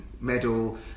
medal